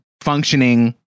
functioning